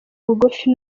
bugufi